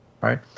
right